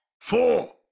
four